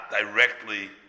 directly